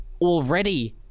already